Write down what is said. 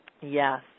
Yes